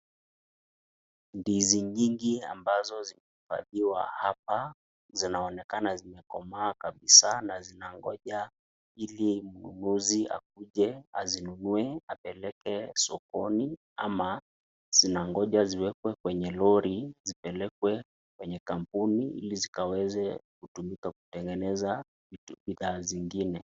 Ndizi nyingi ambazo zimepakiwa hapa zinaonekana zimekomaa kabisa na zinagoja ili mnunuzi akuje azinunue apeleke sokoni ama zinagoja ziwekwe kwenye lori zipelekwe kwenye kampuni ili zikaweze kutumika kutegeneza bidhaa zingine.